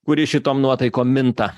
kuri šitom nuotaikom minta